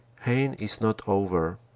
heine is not over,